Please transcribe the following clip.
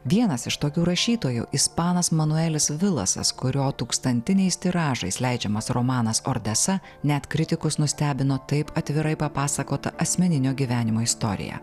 vienas iš tokių rašytojų ispanas manuelis vilasas kurio tūkstantiniais tiražais leidžiamas romanas ordesa net kritikus nustebino taip atvirai papasakota asmeninio gyvenimo istorija